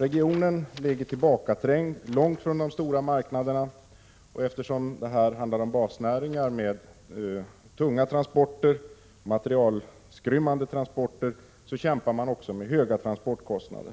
Regionen ligger tillbakaträngd långt från de stora marknaderna, och eftersom det handlar om basnäringar med tunga och skrymmande transporter kämpar man också med höga transportkostnader.